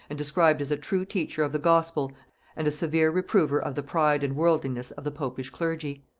and described as a true teacher of the gospel and a severe reprover of the pride and worldliness of the popish clergy.